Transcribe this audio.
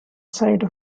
side